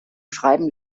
schreiben